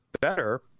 better